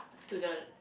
to the